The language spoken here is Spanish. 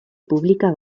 publica